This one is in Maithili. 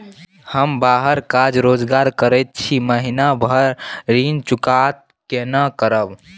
हम बाहर काज रोजगार करैत छी, महीना भर ऋण चुकता केना करब?